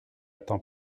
temps